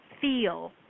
feel